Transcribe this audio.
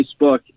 Facebook